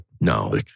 No